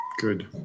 good